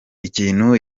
ikintu